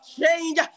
change